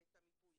את המיפוי.